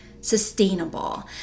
sustainable